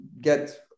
get